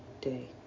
day